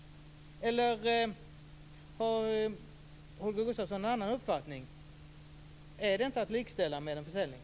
Eller har Holger Gustafsson någon annan uppfattning? Är det inte att likställa med en försäljning?